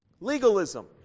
Legalism